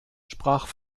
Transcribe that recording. sprach